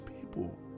people